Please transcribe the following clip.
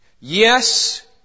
Yes